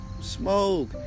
smoke